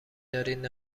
دارید